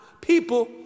people